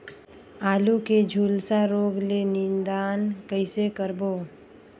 आलू के झुलसा रोग ले निदान कइसे करबो?